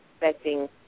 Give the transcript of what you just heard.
expecting –